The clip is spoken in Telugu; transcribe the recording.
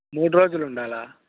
మూడు రోజులు ఉండాలా